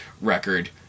record